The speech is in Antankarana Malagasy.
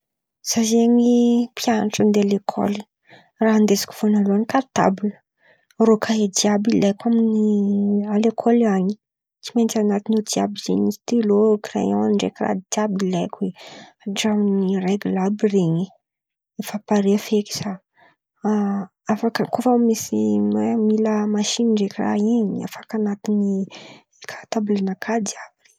Zah zen̈y mpian̈atra andeha lekôly raha nadesiko voalaloan̈y kartabila, rô kahie jiàby ilaiko amin̈'ny alekôly an̈y, tsy maintsy anatin̈io jiàby zen̈y stilô, kraion ndraiky raha jiàby ilaiko in̈y, hatramin'n̈y regla àby ren̈y defa pare feky zah. Afaka koa fa misy mila masin̈y ndraiky raha in̈y afaka efa an̈aty kartabla nakà jiàby.